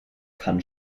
kann